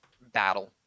battle